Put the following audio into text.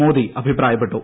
മോദി അഭിപ്രായപ്പെട്ടു